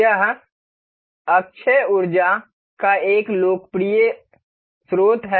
यह अक्षय ऊर्जा का एक बहुत लोकप्रिय स्रोत है